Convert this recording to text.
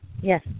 yes